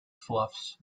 fluffs